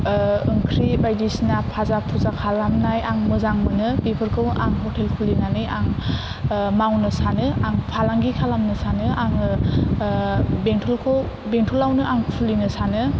ओंख्रि बायदिसिना फाजा फुजा खालामनाय आं मोजां मोनो बेफोरखौ आं हटेल खुलिनानै आं मावनो सानो आं फालांगि खालामनो सानो आङो आङो बेंटलखौ बेंटलावोनो आं खुलिनो सानो